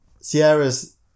Sierra's